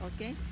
okay